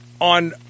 on